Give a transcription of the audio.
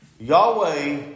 Yahweh